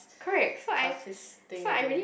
classist thing again